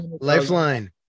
Lifeline